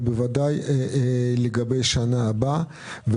ובוודאי לגבי שנה הבאה.